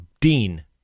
Dean